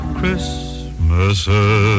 Christmases